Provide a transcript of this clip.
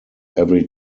every